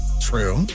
True